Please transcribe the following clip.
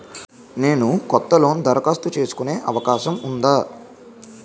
నేను కొత్త లోన్ దరఖాస్తు చేసుకునే అవకాశం ఉందా?